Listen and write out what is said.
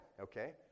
okay